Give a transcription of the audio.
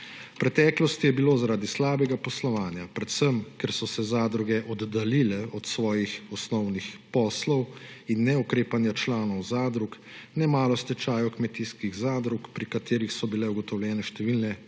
preteklosti je bilo zaradi slabega poslovanja, predvsem ker so se zadruge oddaljile od svojih osnovnih poslov, in neukrepanja članov zadrug nemalo stečajev kmetijskih zadrug, pri katerih so bile ugotovljene številne